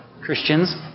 Christians